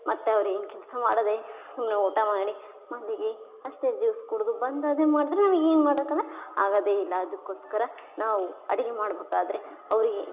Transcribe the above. ಮತ್ತೆ ಅವರೇನು ಕೆಲಸ ಮಾಡದೇ ಸುಮ್ನೆ ಊಟ ಮಾಡಿ ಮಲಗಿ ಅಷ್ಟೇ ಜ್ಯೂಸ್ ಕುಡಿದು ಬಂದು ಅದೇ ಮಾಡಿದ್ರೆ ನಮ್ಗೆ ಹಿಂಗೆ ಮಾಡೋಕ್ಕೆಲ್ಲ ಆಗೋದೆ ಇಲ್ಲ ಅದಕ್ಕೋಸ್ಕರ ನಾವು ಅಡುಗೆ ಮಾಡಬೇಕಾದರೆ ಅವ್ರಿಗೆ